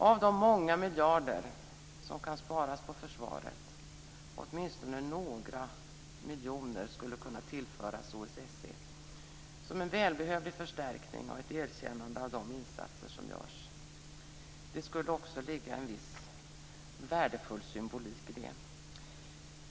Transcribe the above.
Av de många miljarder som kan sparas på försvaret skulle åtminstone några miljoner kunna tillföras OSSE, som en välbehövlig förstärkning och ett erkännande av de insatser som görs. Det skulle också ligga en viss värdefull symbolik i det.